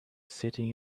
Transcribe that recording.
sitting